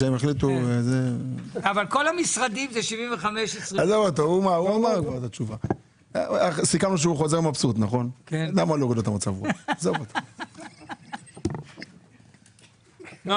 אבל כל המשרדים זה 25. לא